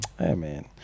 Amen